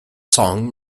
song